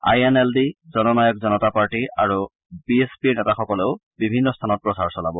আইএনএলদি জননায়ক জনতা পাৰ্টি আৰু বিএছপিৰ নেতাসকলেও বিভিন্ন স্থানত প্ৰচাৰ চলাব